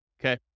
Okay